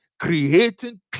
creating